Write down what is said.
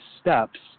steps